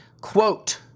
quote